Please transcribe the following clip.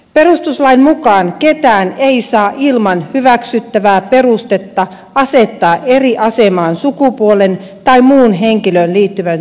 perustuslain mukaan ketään ei saa ilman hyväksyttävää perustetta asettaa eri asemaan sukupuolen tai muun henkilöön liittyvän syyn perusteella